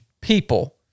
people